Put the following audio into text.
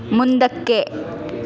ಮುಂದಕ್ಕೆ